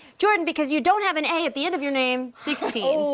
jordan, because you don't have an a at the end of your name, sixteen. ooh,